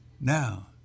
now